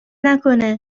نکنه